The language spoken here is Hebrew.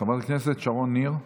חברת הכנסת שרון ניר.